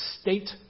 state